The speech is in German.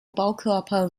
baukörper